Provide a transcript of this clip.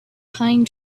pine